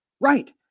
right